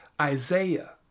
Isaiah